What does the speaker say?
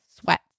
sweat